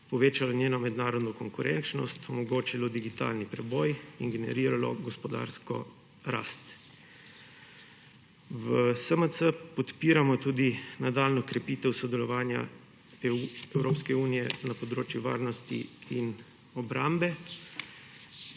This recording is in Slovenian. povečalo njeno mednarodno konkurenčnost, omogočilo digitalni preboj in generiralo gospodarsko rast. V SMC podpiramo tudi nadaljnjo krepitev sodelovanja Evropske unije na področju varnosti in obrambe.